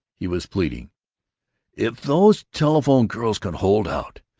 he was pleading if those telephone girls can hold out,